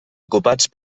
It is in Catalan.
ocupats